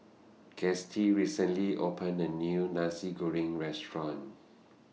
Gustie recently opened A New Nasi Goreng Restaurant